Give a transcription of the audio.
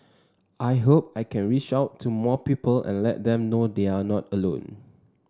I hope I can reach out to more people and let them know they're not alone